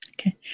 Okay